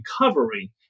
recovery